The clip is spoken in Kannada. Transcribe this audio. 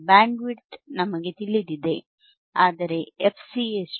ಬ್ಯಾಂಡ್ವಿಡ್ತ್ ನಮಗೆ ತಿಳಿದಿದೆ ಆದರೆ fC ಎಷ್ಟು